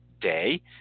day